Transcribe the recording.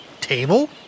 table